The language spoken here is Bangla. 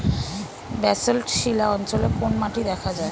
ব্যাসল্ট শিলা অঞ্চলে কোন মাটি দেখা যায়?